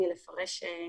קטונתי מלפרש את